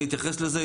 אני אתייחס לזה,